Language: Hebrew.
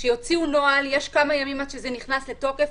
יש כמה ימים עד שזה נכנס לתוקף,